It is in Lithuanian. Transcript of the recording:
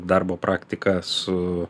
darbo praktiką su